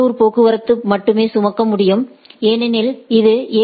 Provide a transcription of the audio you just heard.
உள்ளூர் போக்குவரத்தை மட்டுமே சுமக்க முடியும் ஏனெனில் இது ஏ